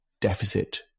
deficit